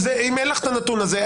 אם אין לך את הנתון הזה,